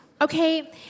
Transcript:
Okay